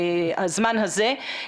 הזמן הזה.